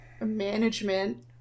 management